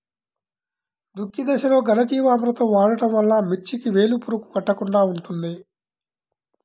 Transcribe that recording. దుక్కి దశలో ఘనజీవామృతం వాడటం వలన మిర్చికి వేలు పురుగు కొట్టకుండా ఉంటుంది?